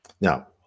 now